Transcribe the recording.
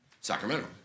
Sacramento